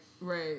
right